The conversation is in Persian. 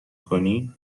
کنی